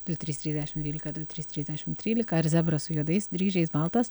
du trys trys dešim dvylika du trys trys dešim trylika ar zebras su juodais dryžiais baltas